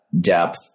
depth